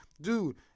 Dude